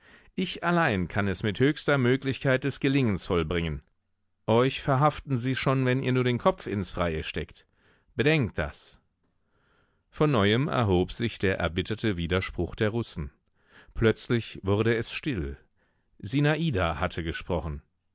ich allein kann es mit höchster möglichkeit des gelingens vollbringen euch verhaften sie schon wenn ihr nur den kopf ins freie steckt bedenkt das von neuem erhob sich der erbitterte widerspruch der russen plötzlich wurde es still sinada hatte gesprochen